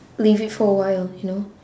leave it for a while you know